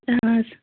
اہَن حظ